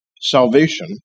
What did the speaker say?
salvation